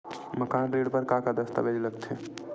मकान ऋण बर का का दस्तावेज लगथे?